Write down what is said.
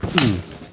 mm